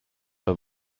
pas